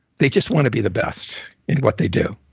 they just want to be the best in what they do